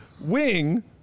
wing